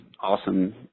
awesome